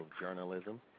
Journalism